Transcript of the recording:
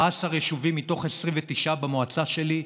14 יישובים מתוך 29 במועצה שלי,